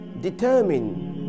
determine